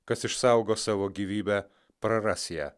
kas išsaugo savo gyvybę praras ją